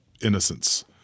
innocence